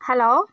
hello